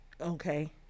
okay